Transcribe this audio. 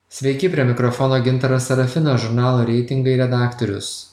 sveiki prie mikrofono gintaras sarafinas žurnalo reitingai redaktorius